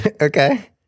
Okay